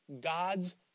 God's